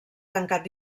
tancat